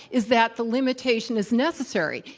is that the limitation is necessary.